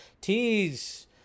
tease